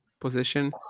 position